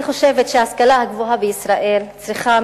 אני חושבת שההשכלה הגבוהה בישראל צריכה,